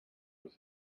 was